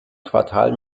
quartal